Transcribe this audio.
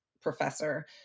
professor